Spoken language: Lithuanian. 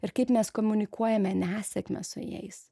ir kaip mes komunikuojame nesėkmę su jais